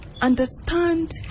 understand